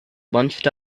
bunched